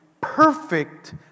perfect